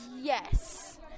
Yes